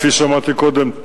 כפי שאמרתי קודם,